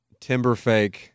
Timberfake